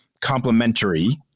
complementary